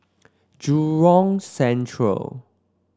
Jurong Central